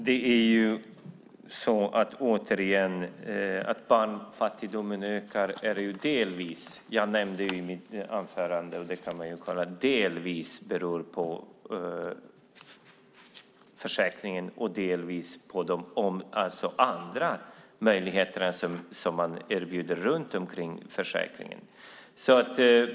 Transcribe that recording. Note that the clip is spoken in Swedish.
Fru talman! Att barnfattigdomen ökar beror - jag nämnde det i mitt anförande; det kan man kolla - delvis på försäkringen och delvis på de andra möjligheter som erbjuds runt omkring försäkringen.